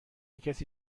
کسی